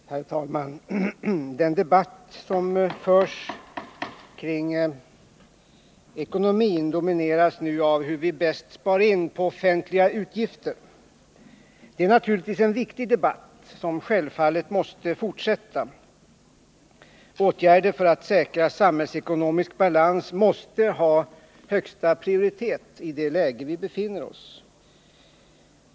Herr talman! Den debatt som förs om ekonomin domineras nu av hur vi bäst spar in på offentliga utgifter. Detta är naturligtvis en viktig debatt, som självfallet också måste fortsätta. Åtgärder för att säkra samhällsekonomisk balans måste ha högsta prioritet i detta läge.